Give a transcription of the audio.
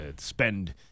spend